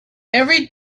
every